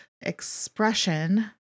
expression